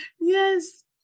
Yes